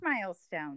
milestone